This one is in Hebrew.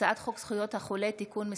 הצעת חוק זכויות החולה (תיקון מס'